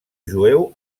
jueu